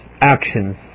actions